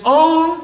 own